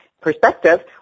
perspective